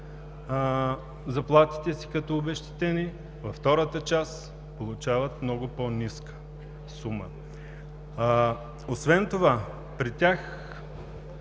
заплатите си като обезщетение. Във втората част получават много по-ниска сума. Освен това при тях